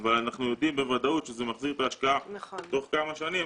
אבל אנחנו יודעים בוודאות שזה מחזיר את ההשקעה תוך כמה שנים